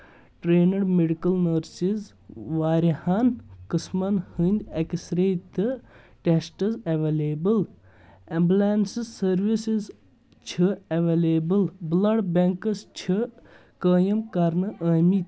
trend medical nurses واریاہن قٕسمَن ہٕنٛدۍ اٮ۪کٕس رے تہٕ ٹیسٹٕز ایویلیبٕل ایمبلینسہٕ سٔروِسز چھِ ایویلیبٕل بٕلڈ بیٚنٛکس چھِ قٲیِم کرنہٕ آمٕتۍ